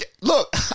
Look